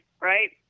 right